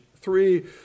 three